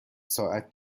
ساعت